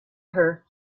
her